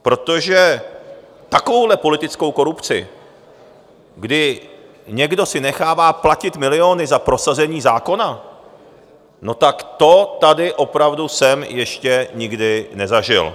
Protože takovouhle politickou korupci, kdy někdo si nechává platit miliony za prosazení zákona, no tak to tady opravdu jsem ještě nikdy nezažil.